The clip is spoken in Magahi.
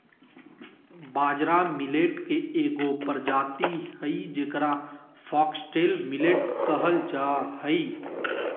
बाजरा मिलेट के एगो प्रजाति हइ जेकरा फॉक्सटेल मिलेट कहल जा हइ